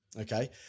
okay